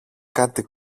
κάτι